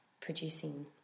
producing